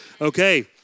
Okay